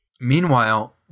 Meanwhile